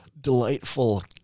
delightful